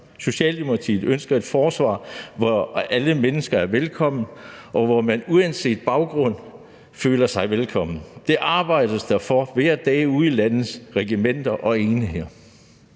Socialdemokratiet ønsker et forsvar, hvor alle mennesker er velkomne, og hvor man uanset baggrund føler sig velkommen. Det arbejdes der hver dag for ude i landets regimenter og enheder.